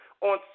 On